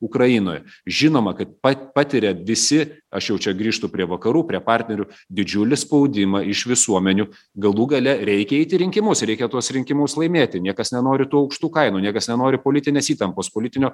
ukrainoje žinoma kad pat patiria visi aš jau čia grįžtu prie vakarų prie partnerių didžiulį spaudimą iš visuomenių galų gale reikia eitiį rinkimus reikia tuos rinkimus laimėti niekas nenori tų aukštų kainų niekas nenori politinės įtampos politinio